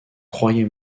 croyez